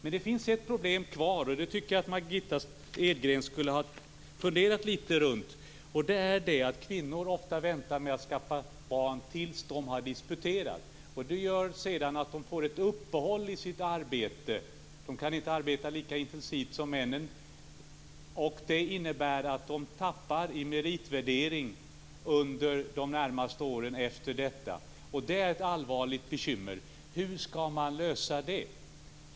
Men det finns ett ytterligare problem, och det borde Margitta Edgren ha funderat litet kring. Kvinnor väntar ofta med att skaffa barn tills de har disputerat. Det gör att de sedan får ett uppehåll i sitt arbete. De kan inte arbeta lika intensivt som männen. Det innebär att de tappar i meritvärdering, och det är ett allvarligt bekymmer. Hur skall man lösa det problemet?